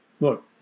Look